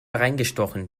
reingestochen